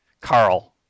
Carl